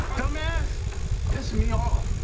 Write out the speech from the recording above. dumbass piss me off.